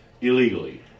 illegally